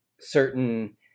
certain